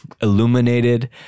illuminated